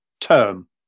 term